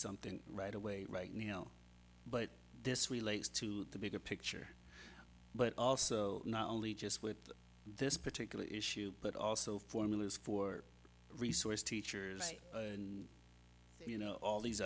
something right away right now you know but this relates to the bigger picture but also not only just with this particular issue but also formulas for resource teachers and you know all these